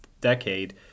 decade